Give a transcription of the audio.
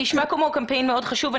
נשמע כמו קמפיין מאוד חשוב.